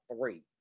three